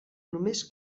només